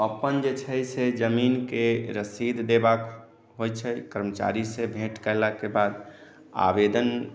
अपन जे छै से जमीन के रसीद देबा के होइ छै कर्मचारी से भेट कयलाके बाद आवेदन